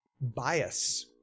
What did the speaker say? bias